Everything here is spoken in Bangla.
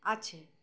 আছে